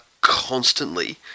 constantly